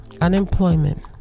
unemployment